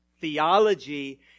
Theology